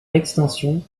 extension